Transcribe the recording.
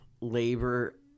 labor